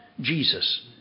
Jesus